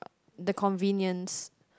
the convenience